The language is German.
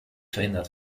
verhindert